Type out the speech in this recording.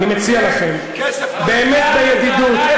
אני מציע לכם, באמת בידידות,